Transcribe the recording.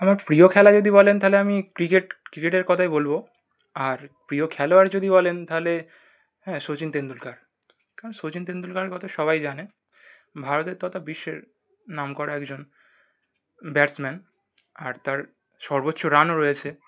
আমার প্রিয় খেলা যদি বলেন তাহলে আমি ক্রিকেট ক্রিকেটের কথাই বলব আর প্রিয় খেলোয়াড় যদি বলেন তাহলে হ্যাঁ শচীন তেন্দুলকার কারণ শচীন তেন্দুলকারের কথা সবাই জানে ভারতের তথা বিশ্বের নামকরা একজন ব্যাটসম্যান আর তার সর্বোচ্চ রানও রয়েছে